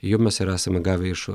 jau mes ir esame gavę iš